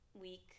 week